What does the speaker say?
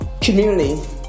community